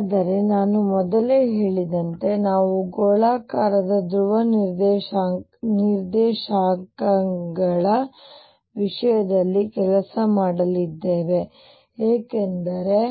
ಆದರೆ ನಾನು ಮೊದಲೇ ಹೇಳಿದಂತೆ ನಾವು ಗೋಳಾಕಾರದ ಧ್ರುವ ನಿರ್ದೇಶಾಂಕಗಳ ವಿಷಯದಲ್ಲಿ ಕೆಲಸ ಮಾಡಲಿದ್ದೇವೆ ಏಕೆಂದರೆ